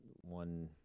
one